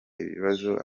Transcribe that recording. ibibazo